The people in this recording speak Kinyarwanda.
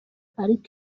ariko